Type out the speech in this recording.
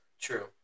True